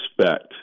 respect